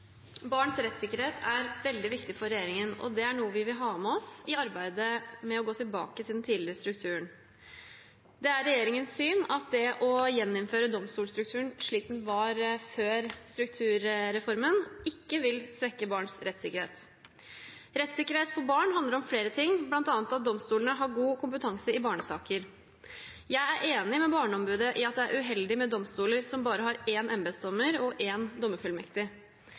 er veldig viktig for regjeringen, og det er noe vi vil ha med oss i arbeidet med å gå tilbake til den tidligere strukturen. Det er regjeringens syn at det å gjeninnføre domstolstrukturen slik den var før strukturreformen, ikke vil svekke barns rettssikkerhet. Rettssikkerhet for barn handler om flere ting, bl.a. at domstolene har god kompetanse i barnesaker. Jeg er enig med Barneombudet i at det er uheldig med domstoler som bare har én embetsdommer og én dommerfullmektig.